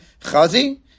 Chazi